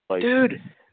Dude